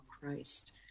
Christ